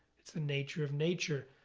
it's the nature of nature.